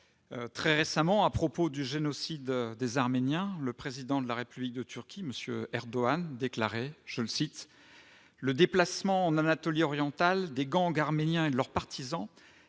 Très récemment, à propos du génocide des Arméniens, le Président de la République de Turquie, M. Erdogan, déclarait :« Le déplacement en Anatolie orientale des gangs arméniens et de leurs partisans,